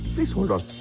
please hold on.